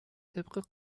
طبق